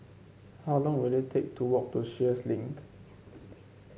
how long will it take to walk to Sheares Link